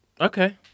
Okay